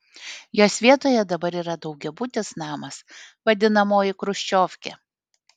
jos vietoje dabar yra daugiabutis namas vadinamoji chruščiovkė